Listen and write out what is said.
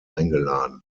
eingeladen